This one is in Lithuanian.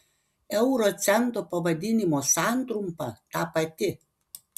euro cento pavadinimo santrumpa ta pati